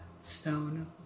stone